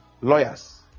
Lawyers